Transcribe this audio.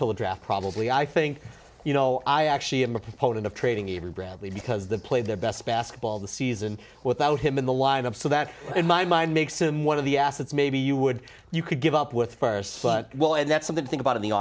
tell the draft probably i think you know i actually i'm a proponent of trading even bradley because the play their best basketball the season without him in the lineup so that in my mind makes him one of the assets maybe you would you could give up with but well and that's something to think about